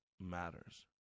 matters